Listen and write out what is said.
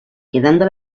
quedando